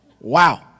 Wow